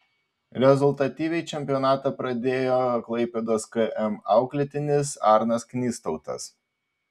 rezultatyviai čempionatą pradėjo klaipėdos km auklėtinis arnas knystautas